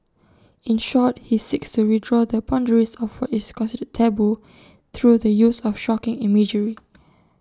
in short he seeks to redraw the boundaries of what is considered 'taboo' through the use of 'shocking' imagery